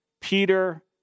Peter